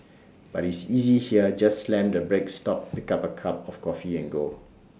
but is easy here just slam the brake stop pick A cup of coffee and go